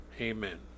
Amen